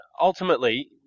ultimately